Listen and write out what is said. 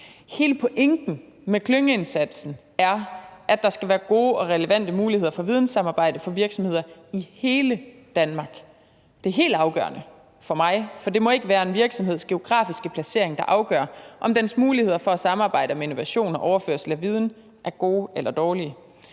Hele pointen med klyngeindsatsen er, at der skal være gode og relevante muligheder for vidensamarbejde for virksomheder i hele Danmark. Det er helt afgørende for mig, for det må ikke være en virksomheds geografiske placering, der afgør, om dens muligheder for at samarbejde om innovation og overførsel af viden er gode eller dårlige.